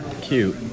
Cute